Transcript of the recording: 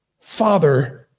Father